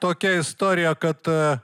tokia istorija kad